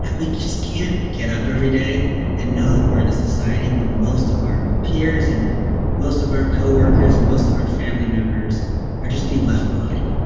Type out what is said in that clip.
we just can't get up every day and know that we're in a society where most of our peers and most of our co-workers, and most of our family members are just being left behind.